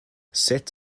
sut